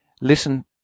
Listen